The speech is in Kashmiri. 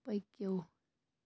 پٔکِو